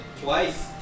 Twice